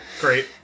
great